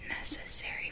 necessary